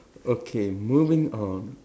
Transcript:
okay moving on